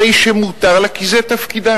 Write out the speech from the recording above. הרי שמותר לה כי זה תפקידה.